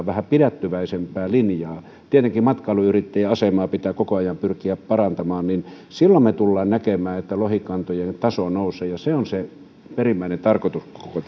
vähän pidättyväisempää linjaa tietenkin matkailuyrittäjien asemaa pitää koko ajan pyrkiä parantamaan silloin me tulemme näkemään että lohikantojen taso nousee ja se on se perimmäinen tarkoitus koko